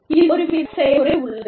இதில் ஒருவித செயல்முறை உள்ளது